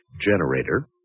Generator